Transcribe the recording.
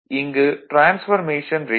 இங்கு transformation ratio K 3